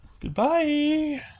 Goodbye